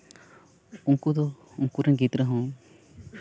ᱩᱱᱠᱩ ᱫᱚ ᱩᱱᱠᱩ ᱨᱮᱱ ᱜᱤᱫᱽᱨᱟᱹ ᱦᱚᱸ